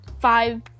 five